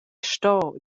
sto